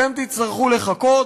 אתם תצטרכו לחכות,